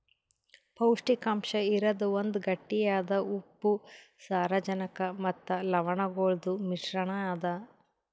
ಪೌಷ್ಟಿಕಾಂಶ ಇರದ್ ಒಂದ್ ಗಟ್ಟಿಯಾದ ಉಪ್ಪು, ಸಾರಜನಕ ಮತ್ತ ಲವಣಗೊಳ್ದು ಮಿಶ್ರಣ ಅದಾ